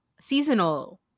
seasonal